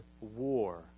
war